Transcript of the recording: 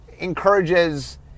encourages